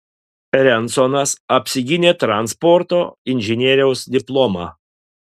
rensonas apsigynė transporto inžinieriaus diplomą